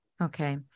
Okay